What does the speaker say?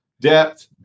depth